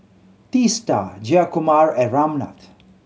Teesta Jayakumar and Ramnath